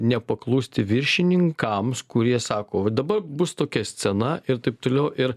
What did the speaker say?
nepaklusti viršininkams kurie sako va dabar bus tokia scena ir taip toliau ir